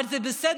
אבל זה בסדר.